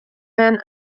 men